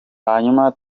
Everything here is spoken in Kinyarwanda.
hanyuma